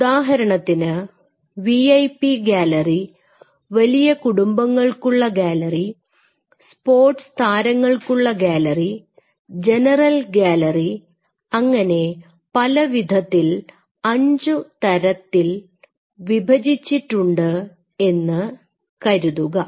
ഉദാഹരണത്തിന് VIP gallery വലിയ കുടുംബങ്ങൾക്കുള്ള ഗാലറി സ്പോർട്സ് താരങ്ങൾക്കുള്ള ഗാലറി ജനറൽ ഗാലറി അങ്ങനെ പലവിധത്തിൽ അഞ്ചുതരത്തിൽ വിഭജിച്ചിട്ടുണ്ട് എന്ന് കരുതുക